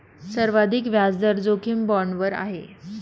सर्वाधिक व्याजदर जोखीम बाँडवर आहे